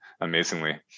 amazingly